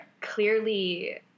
clearly